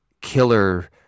Killer